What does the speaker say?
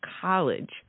college